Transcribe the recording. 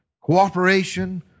cooperation